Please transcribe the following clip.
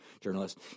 journalist